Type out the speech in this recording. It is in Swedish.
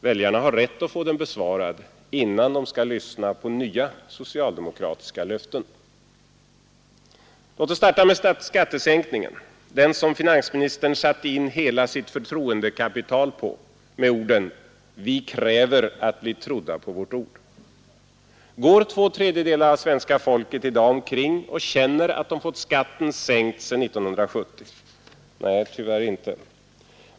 Väljarna har rätt att få den frågan besvarad innan de lyssnar till nya Låt oss starta med skattesänkningen, som finansministern satte in hela sitt förtroendekapital på med orden: ”Vi kräver att bli trodda på vårt ord.” Går två tredjedelar av svenska folket i dag omkring och känner att de fått skatten sänkt sedan 1970? Nej, tyvärr inte.